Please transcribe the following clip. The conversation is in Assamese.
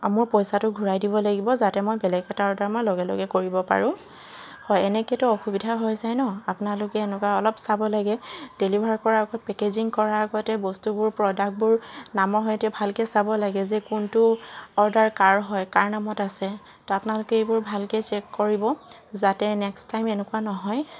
মোৰ পইচাটো ঘূৰাই দিব লাগিব যাতে মই বেলেগ এটা অৰ্ডাৰ মই লগে লগে কৰিব পাৰোঁ হয় এনেকৈতো অসুবিধা হৈ যায় ন আপোনালোকে এনেকুৱা অলপ চাব লাগে ডেলিভাৰ কৰা আগত পেকেজিং কৰাৰ আগতে বস্তুবোৰ প্ৰডাক্টবোৰ নামৰ সৈতে ভালকৈ যে কোনটো অৰ্ডাৰ কাৰ হয় কাৰ নামত আছে তো আপোনালোকে এইবোৰ ভালকৈ চেক কৰিব যাতে নেক্সট টাইম এনেকুৱা নহয়